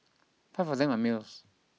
five of them are males